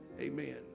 Amen